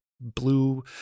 blue